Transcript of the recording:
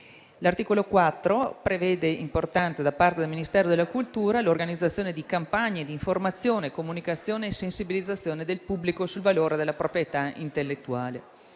L'articolo 4 prevede, da parte del Ministero della cultura, l'organizzazione di campagne di informazione, comunicazione e sensibilizzazione del pubblico sul valore della proprietà intellettuale.